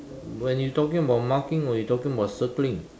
when you talking about marking or you talking about circling